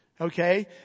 Okay